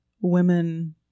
women